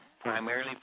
primarily